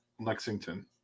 Lexington